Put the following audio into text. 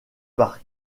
parc